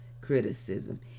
criticism